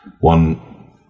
one